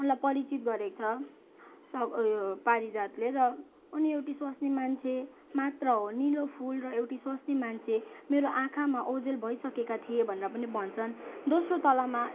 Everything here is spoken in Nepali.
उनलाई परिचित गरेको छ उ यो पारिजातले र उनी एउटी स्वास्नी मान्छे मात्र हो नि नीलो फुल र एउटी स्वास्नी मान्छे मेरो आँखामा ओझेल भइसकेका थिए भनेर पनि भन्छन् दोस्रो तलामा